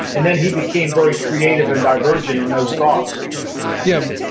and then he became very creative and divergent in those thoughts yeah.